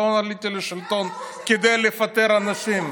הוא אמר: אני לא עליתי לשלטון כדי לפטר אנשים.